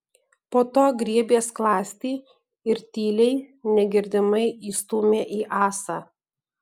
po to griebė skląstį ir tyliai negirdimai įstūmė į ąsą